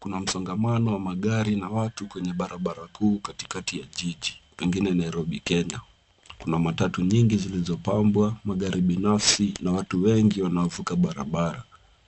Kuna msongamano wa magari na watu kwenye barabara kuu katikati ya jiji pengine Nairobi Kenya. Kuna matatu nyingi zilizopambwa, magari binafsi na watu wengi wanaovuka barabara.